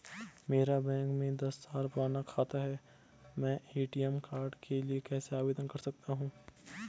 मेरा बैंक में दस साल पुराना खाता है मैं ए.टी.एम कार्ड के लिए कैसे आवेदन कर सकता हूँ?